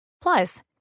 Plus